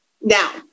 now